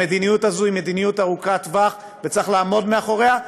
המדיניות הזאת היא מדיניות ארוכת טווח וצריך לעמוד מאחוריה.